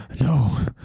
no